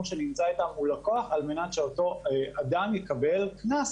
שנמצא איתן הוא לקוח על מנת שאותו אדם יקבל קנס